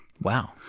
Wow